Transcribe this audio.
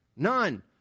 None